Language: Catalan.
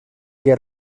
que